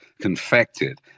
confected